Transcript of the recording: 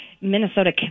Minnesota